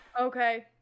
okay